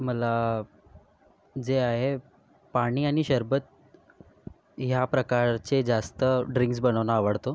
मला जे आहेत पाणी आणि शरबत ह्या प्रकारचे जास्त ड्रिंक्स बनवणं आवडतो